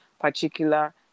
particular